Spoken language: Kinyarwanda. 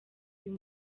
uyu